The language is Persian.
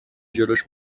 جلوش